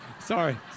sorry